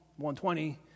120